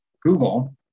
Google